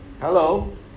Hello